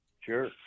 Sure